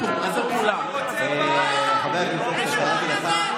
לא, קראתי לו כי הוא היה כאן.